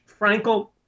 Frankel